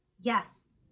Yes